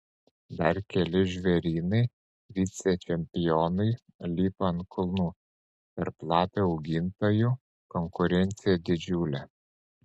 dar keli žvėrynai vicečempionui lipa ant kulnų tarp lapių augintojų konkurencija didžiulė